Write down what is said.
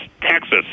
texas